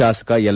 ಶಾಸಕ ಎಲ್